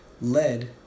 lead